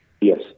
Yes